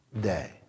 day